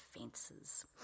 fences